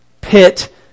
pit